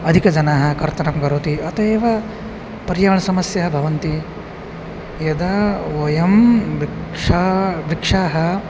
अधिकजनाः कर्तनं करोति अत एव पर्यावणसमस्याः भवन्ति यदा वयं वृक्षाः वृक्षाः